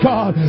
God